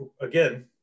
again